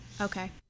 Okay